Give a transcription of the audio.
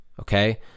okay